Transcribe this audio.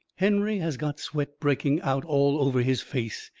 henry has got sweat breaking out all over his face,